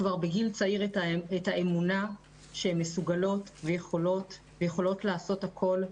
כבר בגיל צעיר את האמונה שהן מסוגלות ויכולות לעשות הכול,